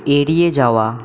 এড়িয়ে যাওয়া